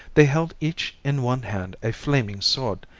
they held each in one hand a flaming sword,